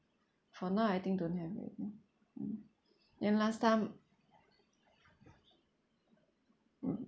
for now I think don't have already mm then last time